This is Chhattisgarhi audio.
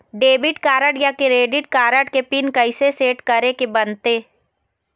डेबिट कारड या क्रेडिट कारड के पिन कइसे सेट करे के बनते?